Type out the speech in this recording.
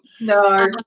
No